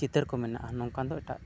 ᱪᱤᱛᱟᱹᱨ ᱠᱚ ᱢᱮᱱᱟᱜᱼᱟ ᱱᱚᱝᱠᱟ ᱫᱚ ᱮᱴᱟᱜ